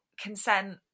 consent